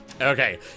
Okay